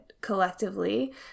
collectively